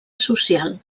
social